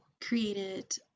created